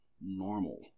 normal